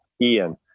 Ian